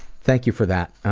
thank you for that.